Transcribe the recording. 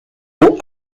who